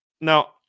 Now